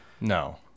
no